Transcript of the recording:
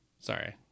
sorry